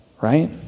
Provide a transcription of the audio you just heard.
right